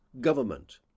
government